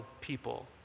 people